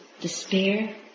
despair